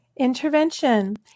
Intervention